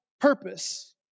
purpose